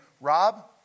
Rob